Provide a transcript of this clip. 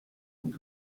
und